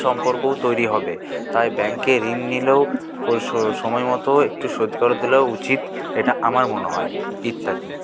সম্পর্কও তৈরি হবে তাই ব্যাঙ্কে ঋণ নিলেও সময় মতো একটু শোধ করে দিলেও উচিত এটা আমার মনে হয় ইত্যাদি